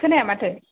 खोनाया माथो